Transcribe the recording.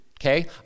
okay